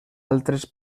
altres